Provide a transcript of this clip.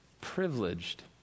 privileged